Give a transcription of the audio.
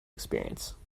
experience